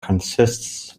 consists